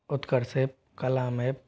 उत्कर्ष app कला map